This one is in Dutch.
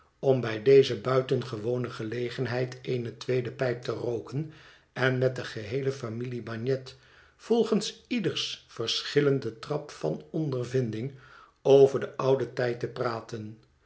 om bij deze buitengewone gelegenheid eene tweede pijp te rooken en met de geheele familie bagnet volgens ieders verschillenden trap van ondervinding over den ouden tijd te praten